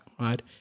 right